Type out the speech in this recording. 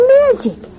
magic